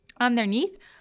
Underneath